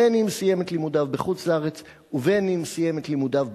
בין אם סיים את לימודיו בחוץ-לארץ ובין אם סיים את לימודיו בארץ.